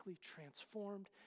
transformed